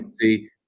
See